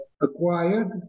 acquired